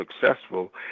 successful